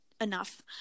enough